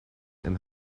and